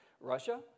Russia